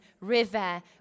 river